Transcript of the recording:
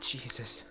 Jesus